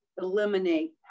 eliminate